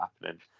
happening